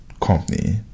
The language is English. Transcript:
company